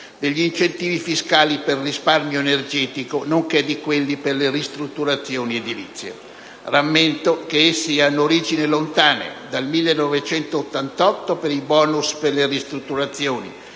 degli incentivi fiscali per il risparmio energetico nonché di quelli per le ristrutturazioni edilizie. Rammento che essi hanno origine lontane: dal 1988 per i *bonus* per le ristrutturazioni